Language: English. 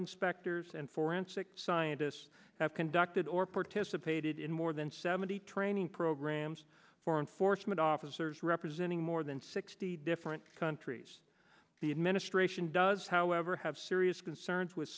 inspectors and forensic scientists have conducted or participated in more than seventy training programs for enforcement officers representing more than sixty different countries the administration does however have serious concerns with